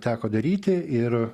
teko daryti ir